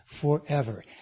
forever